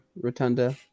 Rotunda